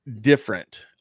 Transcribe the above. different